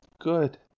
good